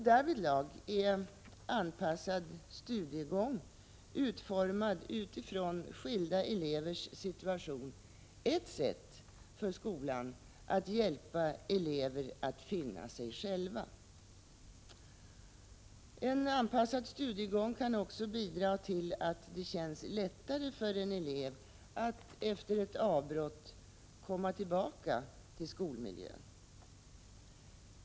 Därvidlag är anpassad studiegång, utformad utifrån skilda elevers situation, ett sätt för skolan att hjälpa elever att finna sig själva. Anpassad studiegång kan också bidra till att det känns lättare för en elev att efter ett avbrott komma tillbaka till skolmiljön.